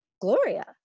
Gloria